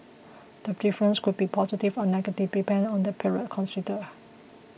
the difference could be positive or negative depending on the period considered